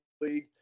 league